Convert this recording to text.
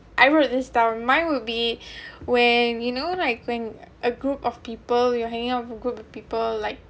I wrote this down my would be when you know like when a group of people you're hanging out with a group people like